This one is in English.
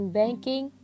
banking